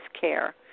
care